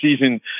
season